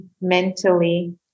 mentally